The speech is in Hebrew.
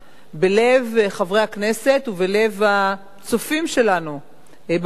בלב חברי הכנסת ובלב הצופים שלנו בבית.